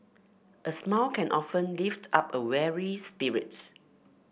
a smile can often lift up a weary spirit